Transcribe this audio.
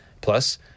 Plus